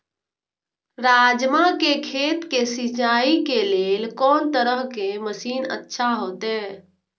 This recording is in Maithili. राजमा के खेत के सिंचाई के लेल कोन तरह के मशीन अच्छा होते?